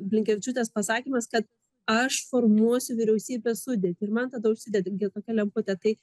blinkevičiūtės pasakymas kad aš formuosiu vyriausybės sudėtį ir man tada užsidegė tokia lempute tai